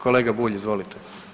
Kolega Bulj, izvolite.